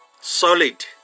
solid